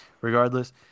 Regardless